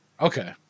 Okay